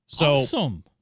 Awesome